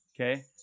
Okay